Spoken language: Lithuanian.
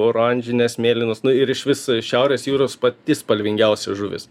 oranžinės mėlynos nu ir išvis šiaurės jūros pati spalvingiausia žuvis